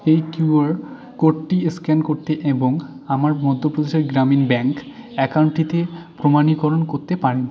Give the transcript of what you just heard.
এই Q R কোডটি scan করতে এবং আমার মধ্যপ্রদেশের গ্রামীণ ব্যাঙ্ক অ্যাকাউন্টটিতে প্রমাণীকরণ করতে পারেন